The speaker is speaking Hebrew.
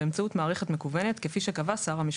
באמצעות מערכת מקוונת כפי שקבע שר המשפטים,